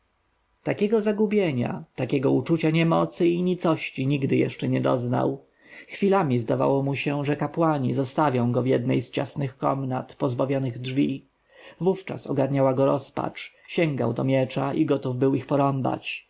takiego zgnębienia takiego uczucia niemocy i nicości nigdy jeszcze nie doznał chwilami zdawało mu się że kapłani zostawią go w jednej z ciasnych komnat pozbawionych drzwi wówczas ogarniała go rozpacz sięgał do miecza i gotów był ich porąbać